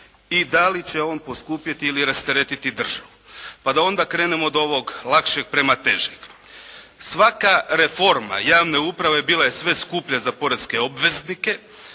i da li će on poskupjeti ili rasteretiti državu? Pa da onda krenemo od ovog lakšeg prema težem. Svaka reforma javne uprave bila je sve skuplja za poreske obveznike